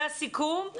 זה הסיכום,